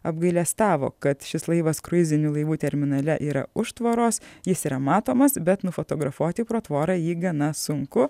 apgailestavo kad šis laivas kruizinių laivų terminale yra užtvaros jis yra matomas bet nufotografuoti pro tvorą ji gana sunku